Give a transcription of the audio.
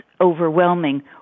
overwhelming